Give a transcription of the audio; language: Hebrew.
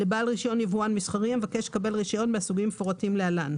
לבעל רישיון יבואן מסחרי המבקש לקבל רישיון מהסוגים המפורטים להלן: